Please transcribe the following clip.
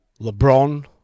LeBron